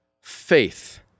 faith